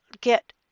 get